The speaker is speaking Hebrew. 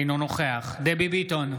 אינו נוכח דבי ביטון,